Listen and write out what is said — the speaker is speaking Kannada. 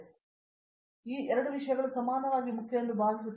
ಉಷಾ ಮೋಹನ್ ಈ ಎರಡು ವಿಷಯಗಳು ಸಮಾನವಾಗಿ ಮುಖ್ಯವೆಂದು ನಾನು ಭಾವಿಸುತ್ತೇನೆ